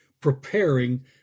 preparing